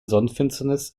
sonnenfinsternis